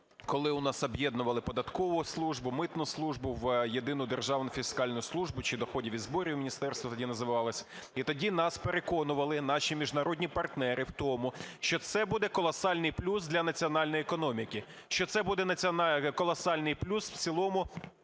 коли у нас об'єднували податкову службу, митну службу в єдину Державну фіскальну службу, чи доходів і зборів Міністерство тоді називалось. І тоді нас переконували наші міжнародні партнери в тому, що це буде колосальний плюс для національної економіки, що це буде колосальний плюс в цілому